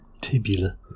tibula